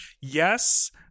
yes